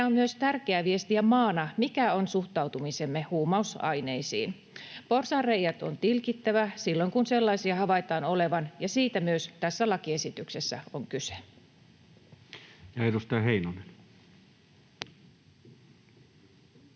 on myös tärkeää viestiä maana, mikä on suhtautumisemme huumausaineisiin. Porsaanreiät on tilkittävä silloin, kun sellaisia havaitaan olevan, ja siitä myös tässä lakiesityksessä on kyse. Ja edustaja Heinonen.